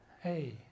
Hey